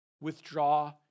withdraw